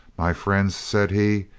my friends, said he,